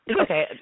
Okay